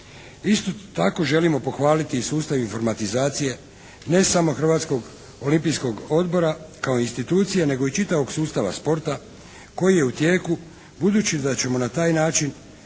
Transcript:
Isto tako želimo pohvaliti i sustav informatizacije ne samo Hrvatskog olimpijskog odbora kao institucije nego i čitavog sustava sporta koji je u tijeku, budući da ćemo na taj način